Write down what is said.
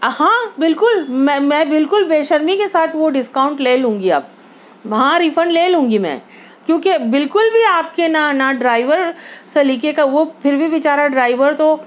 ہاں بالکل میں میں بالکل بےشرمی کے ساتھ وہ ڈسکاؤنٹ لے لوں گی اب ہاں ریفنڈ لے لوں گی میں کیوں کہ بالکل بھی آپ کے نہ نہ ڈرائیور سلیقے کا وہ پھر بھی بے چارہ ڈرائیور تو